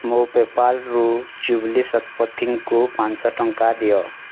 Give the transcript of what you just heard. ମୋ ପେପାଲ୍ରୁ ଜୁବ୍ଲି ଶତପଥୀଙ୍କୁ ପାଞ୍ଚ ଶହ ଟଙ୍କା ଦିଅ